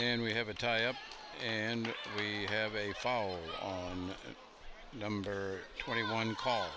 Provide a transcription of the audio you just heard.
and we have a tie up and we have a follow on number twenty one call